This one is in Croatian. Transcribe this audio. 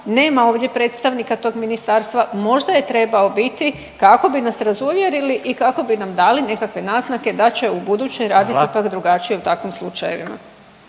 Nema ovdje predstavnika tog ministarstva, možda je trebao biti kako bi nas razuvjerili i kako bi nam dali nekakve naznake da će ubuduće raditi …/Upadica Radin: Hvala./… ipak drugačije u takvim slučajevima.